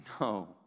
No